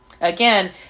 Again